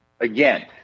Again